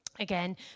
Again